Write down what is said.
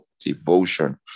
Devotion